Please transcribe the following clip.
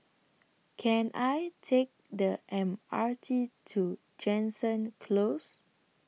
Can I Take The M R T to Jansen Close